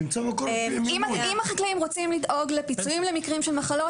אם החקלאים רוצים לדאוג לפיצויים למקרים של מחלות,